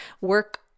work